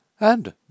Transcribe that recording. And